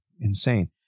insane